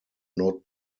not